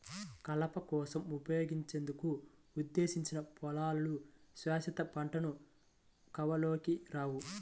కలప కోసం ఉపయోగించేందుకు ఉద్దేశించిన పొలాలు శాశ్వత పంటల కోవలోకి రావు